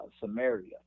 Samaria